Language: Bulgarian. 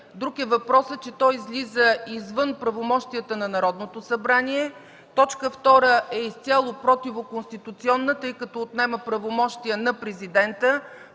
Друг е въпросът, че то излиза извън правомощията на Народното събрание. Точка втора е изцяло противоконституционна, тъй като отнема правомощия на президента,